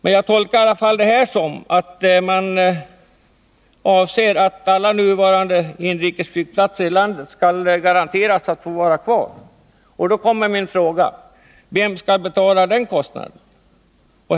Men jag tolkar detta som om man avser att alla nuvarande inrikesflygplatser i landet skall garanteras att få vara kvar. Då kommer min fråga: Vem skall betala kostnaden?